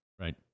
Right